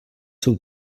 seu